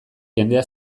jendea